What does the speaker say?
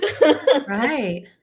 Right